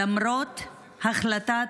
למרות החלטה